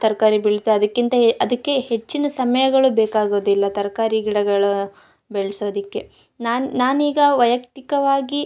ತರಕಾರಿ ಬೆಳಿತ ಅದ್ಕಿಂತ ಹೇ ಅದಕ್ಕೆ ಹೆಚ್ಚಿನ ಸಮಯಗಳು ಬೇಕಾಗೋದಿಲ್ಲ ತರಕಾರಿ ಗಿಡಗಳು ಬೆಳ್ಸೋದಕ್ಕೆ ನಾನು ನಾನು ಈಗ ವೈಯಕ್ತಿಕವಾಗಿ